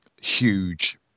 huge